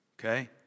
okay